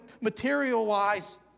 material-wise